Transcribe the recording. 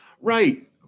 Right